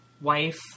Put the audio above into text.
wife